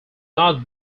not